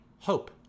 hope